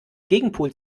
gegenpol